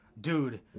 Dude